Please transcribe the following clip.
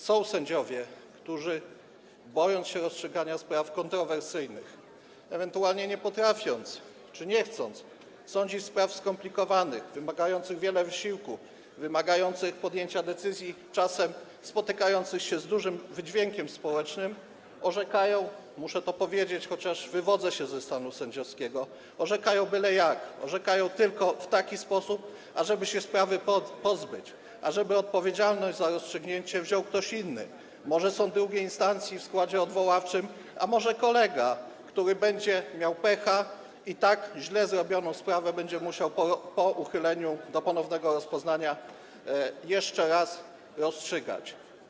Są sędziowie, którzy bojąc się rozstrzygania spraw kontrowersyjnych ewentualnie nie potrafiąc czy nie chcąc sądzić w sprawach skomplikowanych, wymagających wiele wysiłku i podjęcia decyzji czasem spotykających się z dużym wydźwiękiem społecznym, orzekają - muszę to powiedzieć, chociaż wywodzę się ze stanu sędziowskiego - byle jak, orzekają tylko w taki sposób, ażeby sprawy się pozbyć, ażeby odpowiedzialność za rozstrzygnięcie wziął ktoś inny, może sąd drugiej instancji w składzie odwoławczym, a może kolega, który będzie miał pecha i tak źle zrobioną sprawę będzie musiał po uchyleniu do ponownego rozpoznania jeszcze raz rozstrzygać.